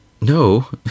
no